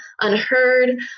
unheard